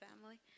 family